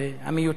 המיותר.